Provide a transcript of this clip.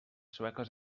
sueques